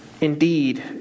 indeed